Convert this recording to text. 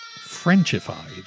Frenchified